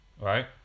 right